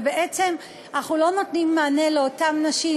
ובעצם אנחנו לא נותנים מענה לאותן נשים,